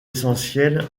essentiel